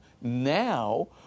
Now